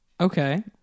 Okay